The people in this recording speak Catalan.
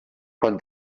quan